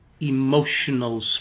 emotional